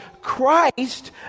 Christ